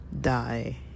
die